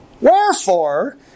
Wherefore